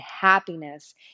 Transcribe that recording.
happiness